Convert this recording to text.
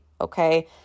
okay